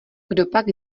kdopak